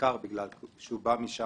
הוא היה אמור לבוא לכאן ולייצג את אלה